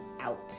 out